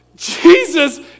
Jesus